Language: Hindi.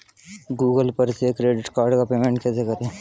गूगल पर से क्रेडिट कार्ड का पेमेंट कैसे करें?